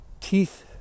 teeth